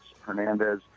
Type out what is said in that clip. Hernandez